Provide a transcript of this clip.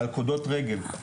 מלכודות רגל,